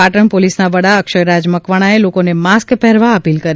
પાટણ પોલીસના વડા અક્ષયરાજ મકવાણાએ લોકોને માસ્ક પહેરવા અપીલ કરી